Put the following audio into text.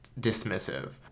dismissive